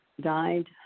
died